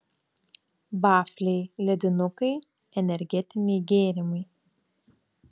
vafliai ledinukai energetiniai gėrimai